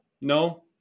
No